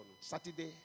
Saturday